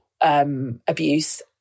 abuse